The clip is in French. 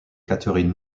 catherine